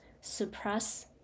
suppress